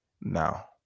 now